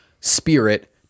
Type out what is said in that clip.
spirit